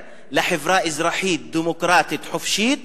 לחברה אזרחית, דמוקרטית, חופשית,